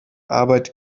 arbeit